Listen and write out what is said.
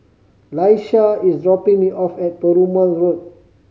Laisha is dropping me off at Perumal Road